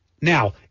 Now